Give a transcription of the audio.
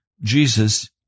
Jesus